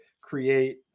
create